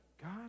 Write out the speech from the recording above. God